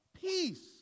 peace